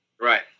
Right